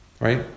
right